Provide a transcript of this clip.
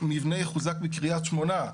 יחוזק בקרית שמונה,